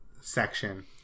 section